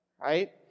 right